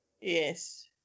yes